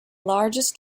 largest